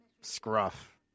scruff